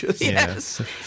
Yes